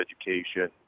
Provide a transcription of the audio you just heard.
education